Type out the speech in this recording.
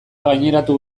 gaineratu